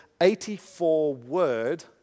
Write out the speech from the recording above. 84-word